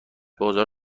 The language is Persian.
بازار